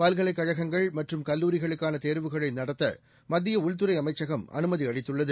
பல்கலைக் கழகங்கள் மற்றும் கல்லூரிகளுக்கான தேர்வுகளை நடத்த மத்திய உள்துறை அமைச்சகம் அனுமதி அளித்துள்ளது